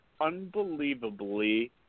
unbelievably